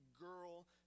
girl